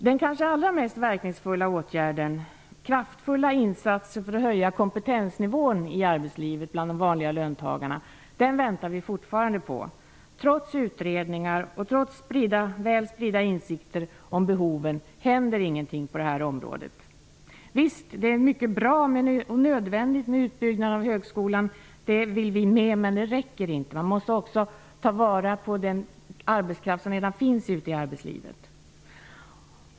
Den kanske allra verkningsfullaste åtgärden, kraftfulla insatser för att höja kompetensnivån i arbetslivet bland vanliga löntagare, väntar vi fortfarande på. Trots utredningar och väl spridda insikter om behoven händer ingenting på det här området. Visst är en utbyggnad av högskolan mycket bra och nödvändig -- en sådan vill vi också ha. Men det räcker inte. Man måste också ta vara på den arbetskraft som redan finns ute i arbetslivet.